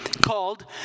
called